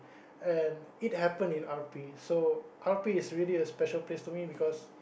and it happen in R_P so R_P is really a special place to me because